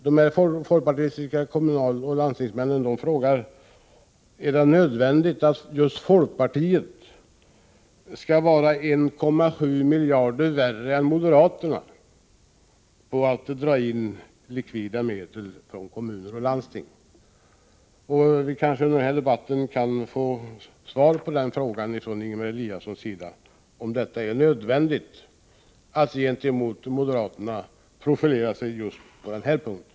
De folkpartistiska kommunaloch landstingsmännen frågar: Är det nödvändigt att just folkpartiet skall vara 1,7 miljarder värre än moderaterna när det gäller att dra in likvida medel från kommuner och landsting? Under debatten i dag kanske vi kan få svar från Ingemar Eliasson. Är det nödvändigt för folkpartiet att gentemot moderaterna profilera sig just på denna punkt?